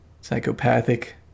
psychopathic